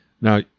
Now